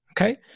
Okay